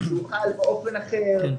שחל באופן אחר,